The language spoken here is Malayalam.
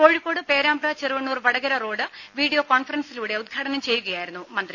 കോഴിക്കോട് പേരാമ്പ്ര ചെറുവണ്ണൂർ വടകര റോഡ് വീഡിയോ കോൺഫ്രൻസി ലൂടെ ഉദ്ഘാടനം ചെയ്യുകയായിരുന്നു മന്ത്രി